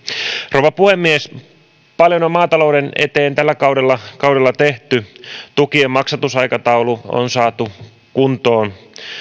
rouva puhemies paljon on maatalouden eteen tällä kaudella kaudella tehty tukien maksatusaikataulu on saatu kuntoon